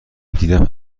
دیدم